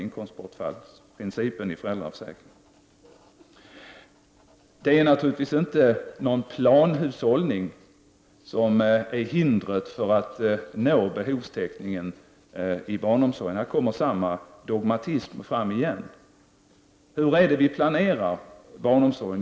Inkomstbortfallsprincipen i föräldraförsäkringen är därmed också en jämställdhetsfråga. Naturligtvis är inte planhushållning ett hinder för att nå full behovstäckningi barnomsorgen. Här kommer samma dogmatism fram igen. Hur plane rar vi barnomsorgen?